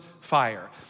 fire